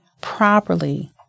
properly